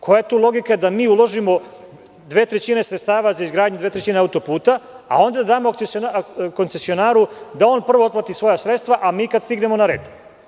Koja je logika da mi uložimo dve trećine sredstava za izgradnju dve trećine auto-puta a onda damo koncesionaru da on prvo otplati svoja sredstva, a mi kada stignemo na red?